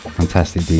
fantastic